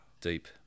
deep